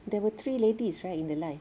there were three ladies right in the live